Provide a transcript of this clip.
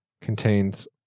contains